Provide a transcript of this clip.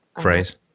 phrase